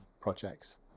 projects